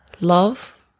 love